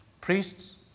Priests